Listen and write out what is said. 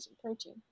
protein